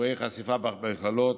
אירועי חשיפה במכללות,